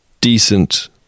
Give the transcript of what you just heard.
decent